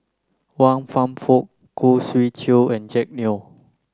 Wan Kam Fook Khoo Swee Chiow and Jack Neo